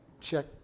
check